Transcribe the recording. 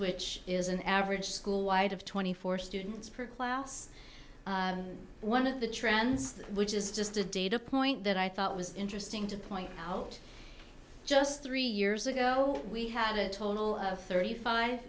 which is an average school wide of twenty four students per class one of the trends which is just a data point that i thought was interesting to point out just three years ago we had a total of thirty five